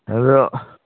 ꯑꯗꯣ